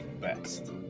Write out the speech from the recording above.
best